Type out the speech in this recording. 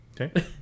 Okay